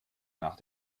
nach